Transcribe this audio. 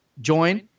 Join